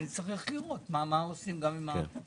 ונצטרך לראות מה עושים גם עם הענפים האחרים.